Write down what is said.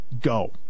go